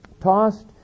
tossed